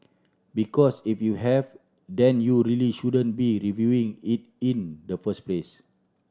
because if you have then you really shouldn't be reviewing it in the first place